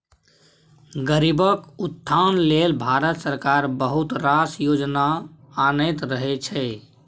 गरीबक उत्थान लेल भारत सरकार बहुत रास योजना आनैत रहय छै